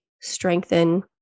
strengthen